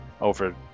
over